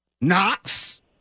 Knox